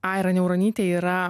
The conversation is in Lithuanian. aira niauronytė yra